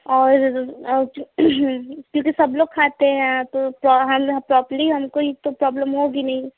और और तो क्योंकि सब लोग खाते हैं तो तो हम यहाँ प्रॉपर्ली हमको ई तो प्रॉब्लम होगी नहीं